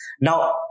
Now